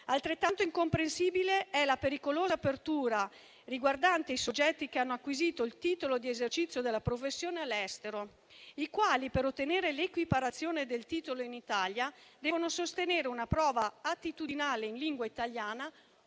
Altrettanto incomprensibile è la pericolosa apertura riguardante i soggetti che hanno acquisito il titolo di esercizio della professione all'estero, i quali, per ottenere l'equiparazione del titolo in Italia, devono sostenere una prova attitudinale in lingua italiana